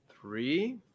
Three